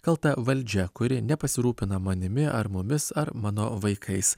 kalta valdžia kuri nepasirūpina manimi ar mumis ar mano vaikais